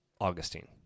Augustine